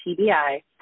TBI